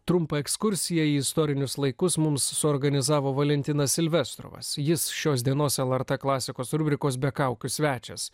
trumpą ekskursiją į istorinius laikus mums suorganizavo valentinas silvestrovas jis šios dienos lrt klasikos rubrikos be kaukių svečias